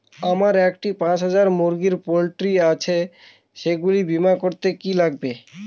আমার একটি পাঁচ হাজার মুরগির পোলট্রি আছে সেগুলি বীমা করতে কি লাগবে?